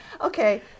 Okay